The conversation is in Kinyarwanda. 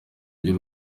ry’u